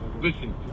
Listen